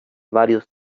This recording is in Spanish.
varios